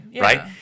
Right